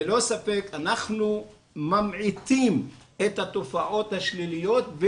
ללא ספק אנחנו ממעיטים את התופעות השליליות.